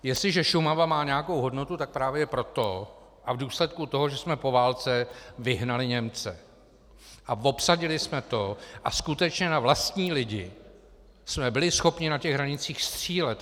Jestliže Šumava má nějakou hodnotu, tak právě proto a v důsledku toho, že jsme po válce vyhnali Němce a obsadili jsme to a skutečně na vlastní lidi jsme byli schopni na hranicích střílet.